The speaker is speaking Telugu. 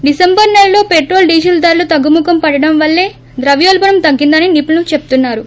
డిసెంబరు నెలలో పెట్రోల్ డీజిల్ ధరలు తగ్గుముఖం పట్టడం వల్లే ద్రవ్యోల్బణం తగ్గిందని నిపుణులు చెప్తున్నారు